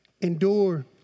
Endure